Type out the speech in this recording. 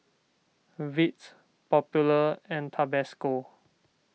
Veet Popular and Tabasco